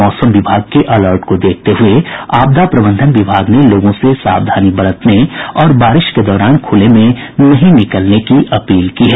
मौसम विभाग के अलर्ट को देखते हुए आपदा प्रबंधन विभाग ने लोगों से सावधानी बरतने और बारिश के दौरान खुले में नहीं निकलने की अपील की है